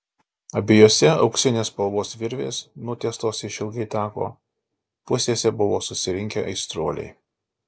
abiejose auksinės spalvos virvės nutiestos išilgai tako pusėse buvo susirinkę aistruoliai